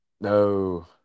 No